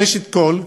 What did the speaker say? ראשית כול,